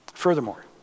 Furthermore